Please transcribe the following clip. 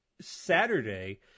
Saturday